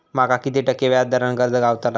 माका किती टक्के व्याज दरान कर्ज गावतला?